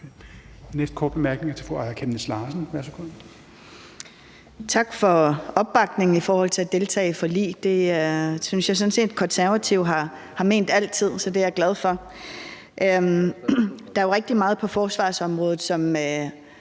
Larsen. Værsgo. Kl. 13:50 Aaja Chemnitz Larsen (IA): Tak for opbakningen i forhold til at deltage i forlig. Det synes jeg sådan set Konservative har ment altid, så det er jeg glad for. Der er jo rigtig meget på forsvarsområdet, som